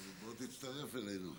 בוא תצטרף אלינו.